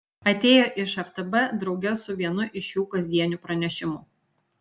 atėjo iš ftb drauge su vienu iš jų kasdienių pranešimų